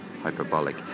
hyperbolic